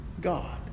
God